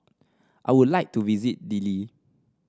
I would like to visit Dili